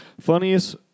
Funniest